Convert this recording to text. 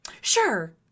Sure